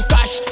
Cash